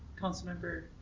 Councilmember